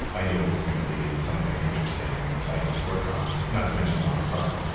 i knew it was gonna be something interesting and exciting to work on, not to mention a lot of fun